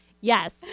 Yes